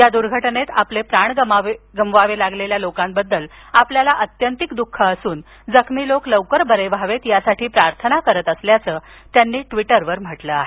या दुर्घटनेत आपले प्राण गमवावे लागलेल्या लोकांबद्दल आपल्याला आत्यंतिक दुःख असून जखमी लोक लवकर बरे व्हावेत यासाठी प्रार्थना करत असल्याचं त्यांनी ट्वीटरवर म्हटलं आहे